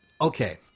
Okay